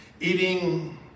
eating